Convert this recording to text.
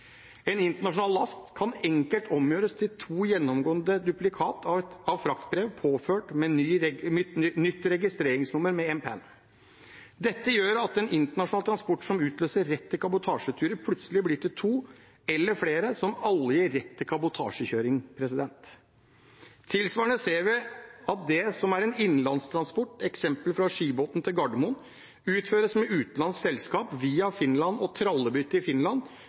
En internasjonal last kan enkelt omgjøres til to gjennomgående duplikater av fraktbrev påført nytt registreringsnummer med en penn. Dette gjør at en internasjonal transport som utløser rett til kabotasjeturer, plutselig blir til to eller flere som alle gir rett til kabotasjekjøring. Tilsvarende ser vi at det som er en innenlandstransport, eksempelvis fra Skibotn til Gardermoen, utført med et utenlandsk selskap via Finland og trallebytte i Finland,